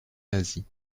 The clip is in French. nazis